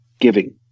giving